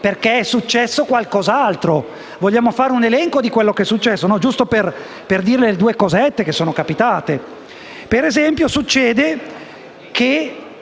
perché è successo qualcos'altro. Vogliamo fare un elenco di quanto è successo, giusto per dire le due cosette che sono capitate? Per esempio, è successo che